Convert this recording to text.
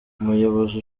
umuyobozi